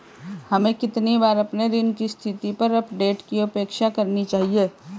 हमें कितनी बार अपने ऋण की स्थिति पर अपडेट की अपेक्षा करनी चाहिए?